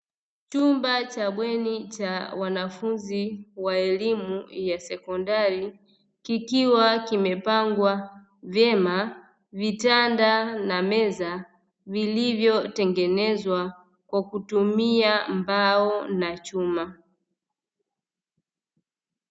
Chumba cha bweni cha wanafunzi wa elimu ya sekondari, vikiwa vimepangwa vyema vitanda na meza, vilivyotengenezwa kwa kutumia mbao na chuma.